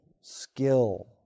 skill